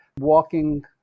walking